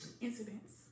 Incidents